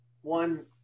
one